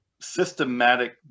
systematic